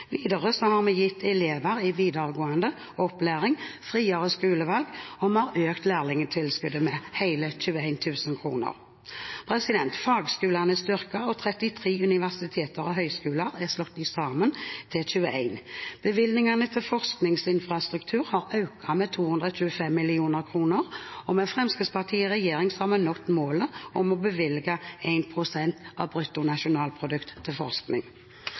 har vi gitt elever i videregående opplæring friere skolevalg, og vi har økt lærlingtilskuddet med hele 21 000 kr. Fagskolene er styrket, og 33 universiteter og høyskoler er slått sammen til 21. Bevilgningene til forskningsinfrastruktur har økt med 225 mill. kr. Med Fremskrittspartiet i regjering har vi nådd målet om å bevilge 1 pst. av BNP til forskning.